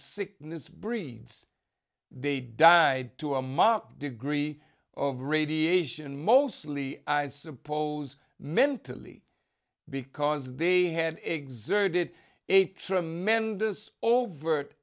sickness breeds they die to a mop degree of radiation mostly i suppose mentally because they had exerted a tremendous overt